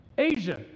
Asia